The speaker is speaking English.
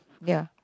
ya